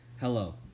Hello